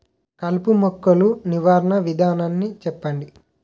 కలుపు మొక్కలు నివారణ విధానాన్ని చెప్పండి?